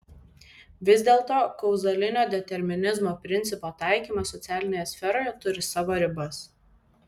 vis dėlto kauzalinio determinizmo principo taikymas socialinėje sferoje turi savo ribas